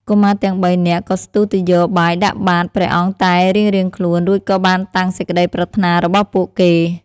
កុមារទាំងបីនាក់ក៏ស្ទុះទៅយកបាយដាក់បាត្រព្រះអង្គតែរៀងៗខ្លួន រួចក៏បានតាំងសេចក្តីប្រាថ្នារបស់ពួកគេ។